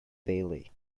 bailey